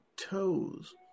Toes